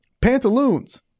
Pantaloons